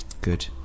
Good